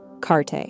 carte